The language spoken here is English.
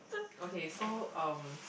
okay so um